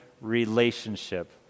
relationship